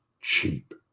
cheap